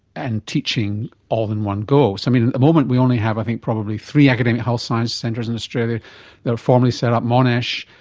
and teaching all in one go. so at the moment we only have i think probably three academic health science centres in australia that are formally set up monash,